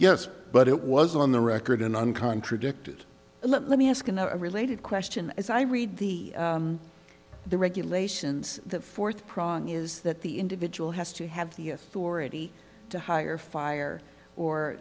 yes but it was on the record in one contradicted and let me ask in a related question as i read the the regulations the fourth prongy is that the individual has to have the authority to hire fire or